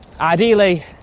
Ideally